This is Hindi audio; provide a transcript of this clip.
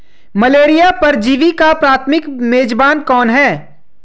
मलेरिया परजीवी का प्राथमिक मेजबान कौन है?